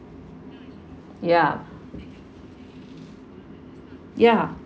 ya ya